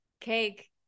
cake